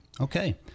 Okay